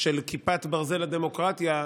של "כיפת ברזל לדמוקרטיה",